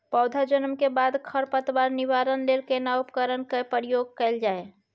पौधा जन्म के बाद खर पतवार निवारण लेल केना उपकरण कय प्रयोग कैल जाय?